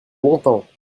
longtemps